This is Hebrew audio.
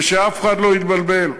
ושאף אחד לא יתבלבל,